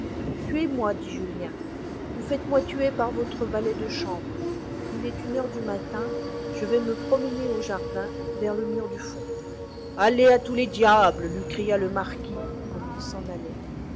tuez-moi dit julien ou faites-moi tuer par votre valet de chambre il est une heure du matin je vais me promener au jardin vers le mur du fond allez à tous les diables lui cria le marquis comme il s'en allait